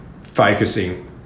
focusing